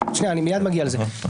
אני מיד מגיע לזה.